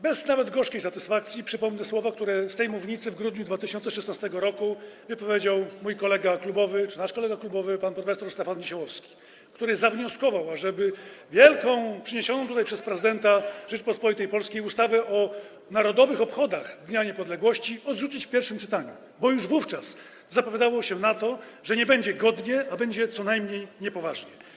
Bez nawet gorzkiej satysfakcji przypomnę słowa, które z tej mównicy w grudniu 2016 r. wypowiedział mój kolega klubowy czy nasz kolega klubowy pan prof. Stefan Niesiołowski, który zawnioskował, ażeby wielką, przyniesioną tutaj przez prezydenta Rzeczypospolitej Polskiej ustawę o narodowych obchodach dnia niepodległości odrzucić w pierwszym czytaniu, bo już wówczas zapowiadało się na to, że nie będzie godnie, a będzie co najmniej niepoważnie.